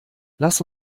lass